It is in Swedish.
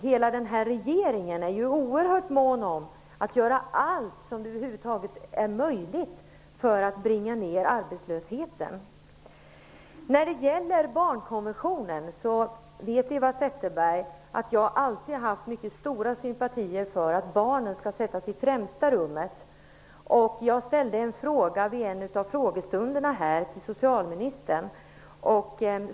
Hela regeringen är ju oerhört mån om att göra allt som över huvud taget är möjligt för att bringa ner arbetslösheten. När det gäller barnkonventionen vet Eva Zetterberg att jag alltid har haft mycket stora sympatier för att barnen skall sättas i främsta rummet. Jag ställde en fråga vid en av frågestunderna här till socialministern.